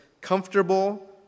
comfortable